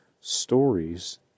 stories